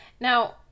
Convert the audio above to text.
now